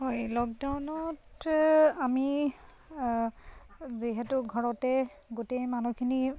হয় লকডাউনত আমি যিহেতু ঘৰতে গোটেই মানুহখিনি